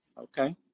Okay